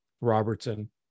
Robertson